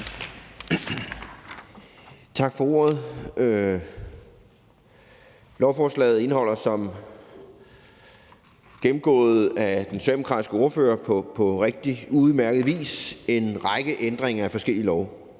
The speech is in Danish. Tak for ordet. Lovforslaget indeholder som gennemgået af den socialdemokratiske ordfører på rigtig udmærket vis en række ændringer af forskellige love.